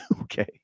okay